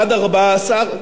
עד ארבעה-עשר.